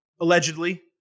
allegedly